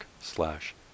slash